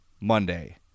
Monday